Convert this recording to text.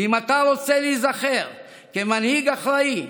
ואם אתה רוצה להיזכר כמנהיג אחראי,